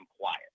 quiet